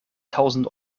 tausend